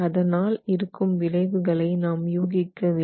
அதனால் இருக்கும் விளைவுகளை நாம் யூகிக்க வில்லை